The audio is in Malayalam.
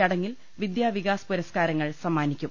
ചടങ്ങിൽ വിദ്യാവികാസ് പുരസ്കാരങ്ങൾ സമ്മാനിക്കും